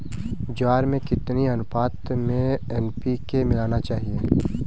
ज्वार में कितनी अनुपात में एन.पी.के मिलाना चाहिए?